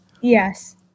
Yes